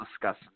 discuss